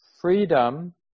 freedom